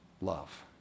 love